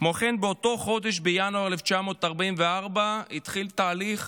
כמו כן, באותו חודש, בינואר 1944, התחיל התהליך